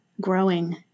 growing